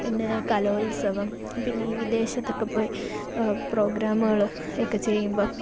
പിന്നേ കലോത്സവം പിന്നെ ഈ വിദേശത്തൊക്കെ പോയി പ്രോഗ്രാമുകൾ ഒക്കെ ചെയ്യുമ്പം